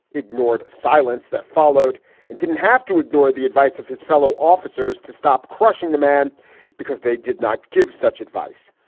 ignored silence that followed and didn't have to ignore the advice of his fellow officers to stop crushing the man because they did not give such advice.